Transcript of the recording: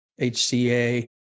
HCA